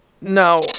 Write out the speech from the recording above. Now